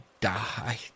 die